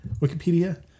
Wikipedia